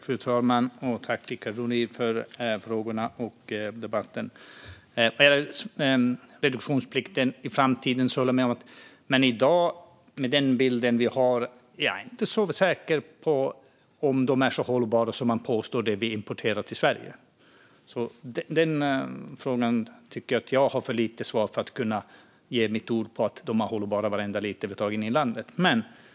Fru talman! Tack, Rickard Nordin, för frågorna och debatten! När det gäller reduktionsplikten i framtiden håller jag med. Men i dag, med den bild vi har nu, är jag inte så säker på att det som vi importerar till Sverige är så hållbart som man påstår. I den frågan tycker jag att jag har för lite svar för att kunna ge mitt ord på att varenda liter vi tar in i landet är hållbar.